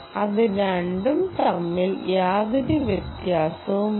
അതു രണ്ടും തമ്മിൽ യാതൊരു വ്യത്യാസവുമില്ല